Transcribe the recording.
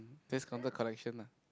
this counter collection ah